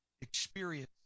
experience